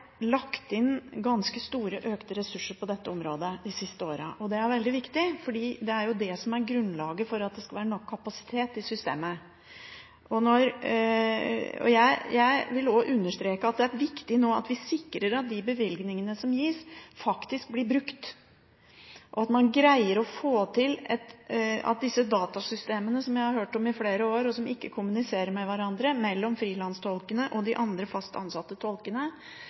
lagt inn ganske store, økte ressurser på dette området de siste åra, og det er veldig viktig, fordi det er det som er grunnlaget for at det skal være nok kapasitet i systemet. Jeg vil også understreke at det er viktig nå at vi sikrer at de bevilgningene som gis, faktisk blir brukt, og at man greier å få til at disse datasystemene som jeg har hørt om i flere år, som ikke kommuniserer med hverandre mellom freelancetolkene og de andre, fast ansatte tolkene,